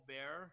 Bear